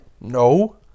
No